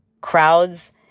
crowds